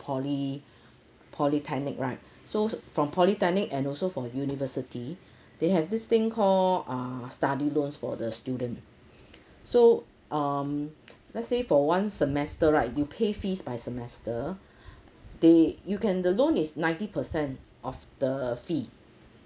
poly~ polytechnic right so from polytechnic and also for university they have this thing called uh study loans for the student so um let's say for one semester right you pay fees by semester they you can the loan is ninety percent of the fee